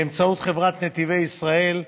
באמצעות חברת נתיבי ישראל,